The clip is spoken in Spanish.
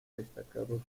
destacados